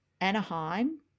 Anaheim